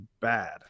bad